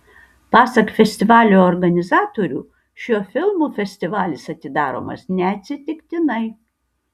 pasak festivalio organizatorių šiuo filmu festivalis atidaromas neatsitiktinai